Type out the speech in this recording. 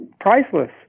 priceless